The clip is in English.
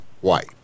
white